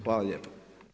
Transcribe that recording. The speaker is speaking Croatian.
Hvala lijepa.